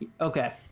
Okay